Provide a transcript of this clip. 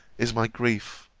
is my grief.